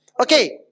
Okay